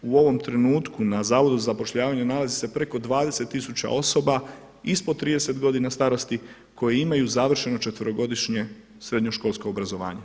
U ovom trenutku na Zavodu za zapošljavanje nalazi se preko 20 tisuća osoba ispod 30 godina starosti koji imaju završeno četverogodišnje srednjoškolsko obrazovanje.